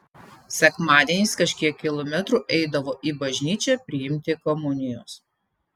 sekmadieniais kažkiek kilometrų eidavo į bažnyčią priimti komunijos